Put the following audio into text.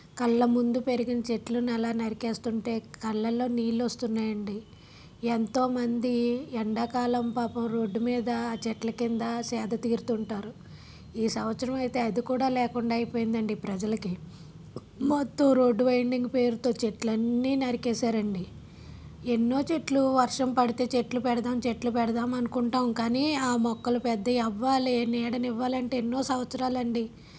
కళ్ళ ముందు పెరిగిన చెట్లను అలా నరికి వేస్తుంటే కళ్ళలో నీళ్ళు వస్తున్నాయి అండి ఎంతోమంది ఎండాకాలం పాపం రోడ్డు మీద చెట్ల కింద సేద తీరుతుంటారు ఈ సంవత్సరం అయితే అది కూడా లేకుండా అయిపోయింది అండి ప్రజలకి మొత్తం రోడ్డు వైండింగ్ పేరుతో చెట్లు అన్నీ నరికి వేశారండి ఎన్నో చెట్లు వర్షం పడితే చెట్లు పెడదాం చెట్లు పెడదాం అనుకుంటాం కానీ ఆ మొక్కలు పెద్దయి అవ్వాలి నీడని ఇవ్వాలంటే ఎన్నో సంవత్సరాలు అండి